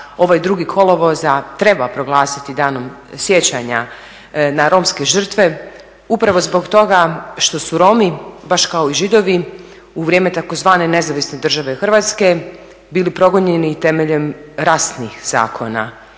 ovaj 2. kolovoza treba proglasiti danom sjećanja na romske žrtve upravo zbog toga što su Romi baš kao i Židovi u vrijeme tzv. nezavisne države Hrvatske bili progonjeni temeljem rasnih zakona.